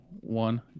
one